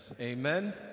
amen